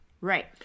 Right